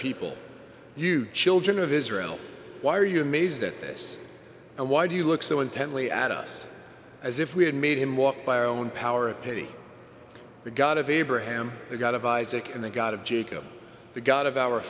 people you children of israel why are you amazed at this and why do you look so intently at us as if we had made him walk by our own power pity the god of abraham the god of isaac and the god of jacob the god of our